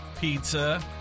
pizza